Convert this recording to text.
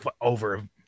over